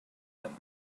them